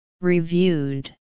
Reviewed